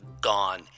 gone